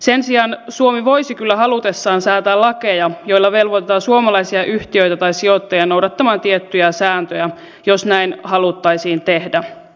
sen sijaan suomi voisi kyllä halutessaan säätää lakeja joilla velvoitetaan suomalaisia yhtiöitä tai sijoittajia noudattamaan tiettyjä sääntöjä jos näin haluttaisiin tehdä